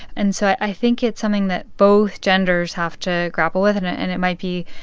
and so i think it's something that both genders have to grapple with. and it and it might be,